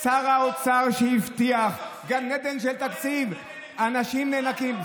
שר האוצר הבטיח גן עדן של תקציב, האנשים נאנקים.